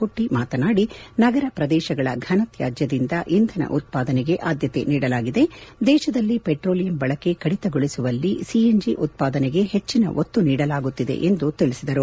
ಕುಟ್ಟ ಮಾತನಾಡಿ ನಗರ ಪ್ರದೇಶಗಳ ತ್ಯಾದ್ಯ ಮತ್ತು ತ್ಯಾಜ್ಯದಿಂದ ಇಂಧನ ಉತ್ಪಾದನೆಗೆ ಆದ್ಯತೆ ನೀಡಲಾಗಿದೆ ದೇಶದಲ್ಲಿ ಪೆಟ್ರೋಲಿಯಂ ಬಳಕೆ ಕಡಿಮೆಗೊಳಿಸುವಲ್ಲಿ ಸಿಎನ್ಜಿ ಉತ್ಪಾದನೆಗೆ ಹೆಚ್ಚಿನ ಒತ್ತು ನೀಡಲಾಗುತ್ತಿದೆ ಎಂದು ತಿಳಿಸಿದರು